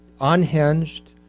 unhinged